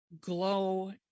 glow